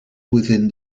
within